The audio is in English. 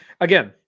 Again